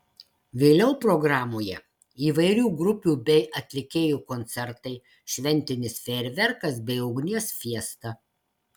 vėliau programoje įvairių grupių bei atlikėjų koncertai šventinis fejerverkas bei ugnies fiesta